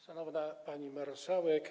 Szanowna Pani Marszałek!